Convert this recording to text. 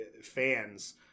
fans